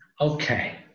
Okay